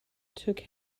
took